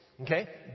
Okay